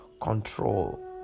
control